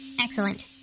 Excellent